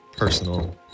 personal